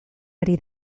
ari